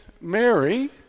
Mary